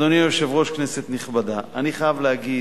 אדוני היושב-ראש, כנסת נכבדה, אני חייב להגיד,